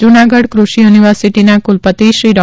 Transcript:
જુનાગઢ કૃષિ યુનિવર્સિટીના કુલપતિશ્રી ડા